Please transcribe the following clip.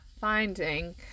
finding